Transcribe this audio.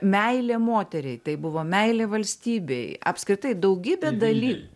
meilė moteriai tai buvo meilė valstybei apskritai daugybė daly